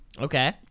Okay